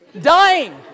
dying